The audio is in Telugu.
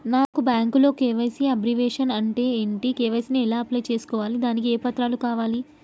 నాకు బ్యాంకులో కే.వై.సీ అబ్రివేషన్ అంటే ఏంటి కే.వై.సీ ని ఎలా అప్లై చేసుకోవాలి దానికి ఏ పత్రాలు కావాలి?